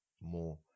more